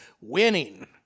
Winning